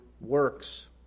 works